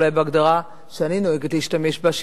אולי בהגדרה שאני נוהגת להשתמש בה,